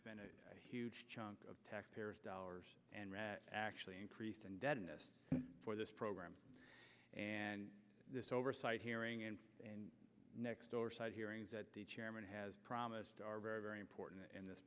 spend a huge chunk of taxpayers dollars and actually increased and deadness for this program and this oversight hearing and next door side hearings that the chairman has promised are very very important in this